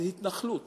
איזה התנחלות.